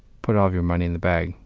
put all of your money in the bag.